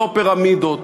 לא פירמידות,